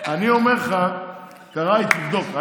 אני אומר לך, קרעי, תבדוק.